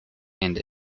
and